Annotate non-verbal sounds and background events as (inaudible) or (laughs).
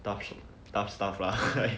tough tough stuffs lah (laughs)